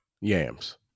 yams